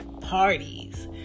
parties